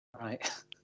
Right